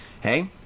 Hey